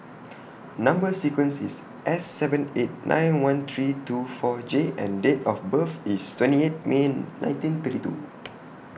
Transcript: Number sequence IS S seven eight nine one three two four J and Date of birth IS twenty eight May nineteen thirty two